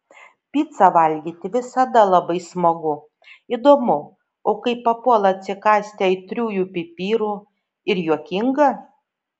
picą valgyti visada labai smagu įdomu o kai papuola atsikąsti aitriųjų pipirų ir juokinga